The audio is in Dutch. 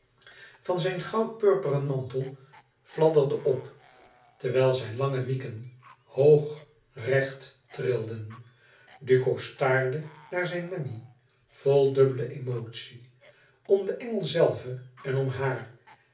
van zijn goud purperen mantel fladderde op terwijl zijn lange wieken hoog recht trilden duco staarde naar zijn memmi vol dubbele emotie om den engel zelven en om hàar